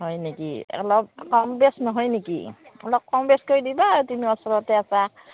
হয় নেকি অলপ কম বেছ নহয় নেকি অলপ কম বেছ কৰি দিবা আৰু তুমিও ওচৰতে আছা